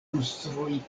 konstruita